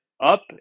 up